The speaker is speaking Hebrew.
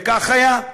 וכך היה.